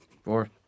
Four